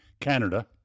Canada